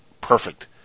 perfect